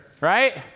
right